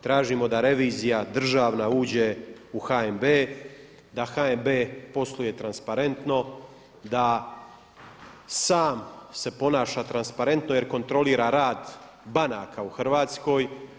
Tražimo da revizija državna uđe u HNB, da HNB posluje transparentno, da sam se ponaša transparentno jer kontrolira rad banaka u Hrvatskoj.